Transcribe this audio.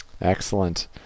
Excellent